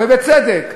ובצדק,